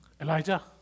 Elijah